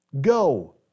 go